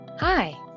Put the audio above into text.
Hi